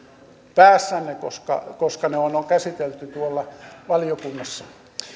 päässänne koska koska ne on on käsitelty tuolla valiokunnassa